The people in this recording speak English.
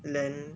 land